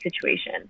situation